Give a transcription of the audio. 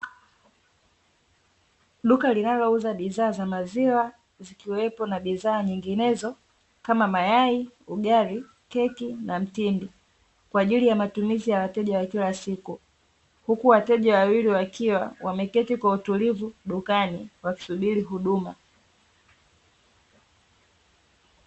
Duka linalouza bidhaa za maziwa zikiwepo na bidhaa nyinginezo kama mayai, ugali, keki, na mtindi kwaajili ya matumizi ya wateja wa kila siku. Huku wateja wawili wakiwa wameketi kwa utulivu dukani wakisubiri huduma.